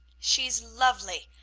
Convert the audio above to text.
she's lovely,